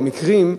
או מקרים,